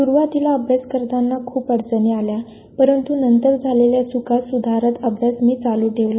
स्रूवातीला अभ्यास करताना खूप अडचणी आल्या परंत् नंतर झालेल्या च्का स्धारत मी अभ्यास चालू ठेवला